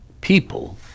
people